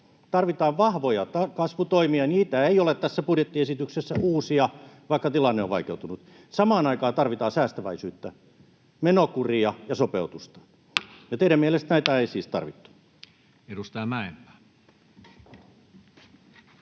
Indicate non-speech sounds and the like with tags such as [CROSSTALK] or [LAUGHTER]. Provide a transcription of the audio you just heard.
tarvitaan vahvoja kasvutoimia. Niitä ei ole tässä budjettiesityksessä uusia, vaikka tilanne on vaikeutunut. Samaan aikaan tarvitaan säästäväisyyttä, menokuria ja sopeutusta. [NOISE] Ja teidän mielestänne näitä ei siis tarvittu. Edustaja Mäenpää.